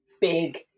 big